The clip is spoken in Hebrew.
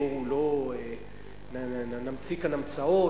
בואו לא נמציא כאן המצאות,